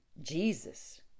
Jesus